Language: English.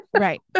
right